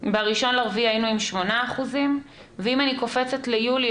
ב-1 באפריל היינו עם 8%. ואם אני קופצת ליולי,